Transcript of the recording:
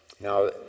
Now